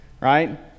right